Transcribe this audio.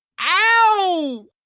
Ow